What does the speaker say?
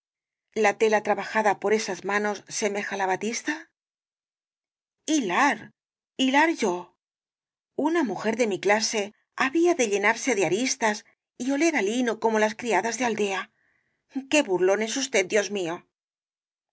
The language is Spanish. la tela trabajada por esas manos semeja la batista hilar hilar yo una mujer de mi clase había de llenarse de aristas y oler á lino como las criadas de aldea qué burlón es usted dios mío